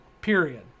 period